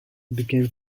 became